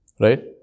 Right